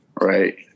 Right